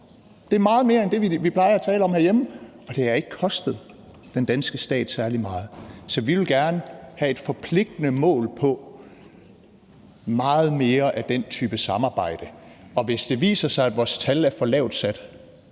Det er meget mere end det, vi plejer at tale om herhjemme, og det har ikke kostet den danske stat særlig meget. Så vi vil gerne have et forpligtende mål på meget mere af den type samarbejde, og hvis det viser sig, at vores tal er for lavt sat,